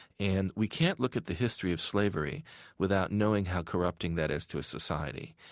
and we can't look at the history of slavery without knowing how corrupting that is to a society.